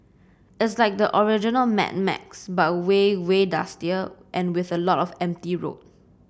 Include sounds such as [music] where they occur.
it's like the original Mad Max but way way dustier and with [unintelligible] lots of empty roads